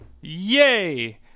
Yay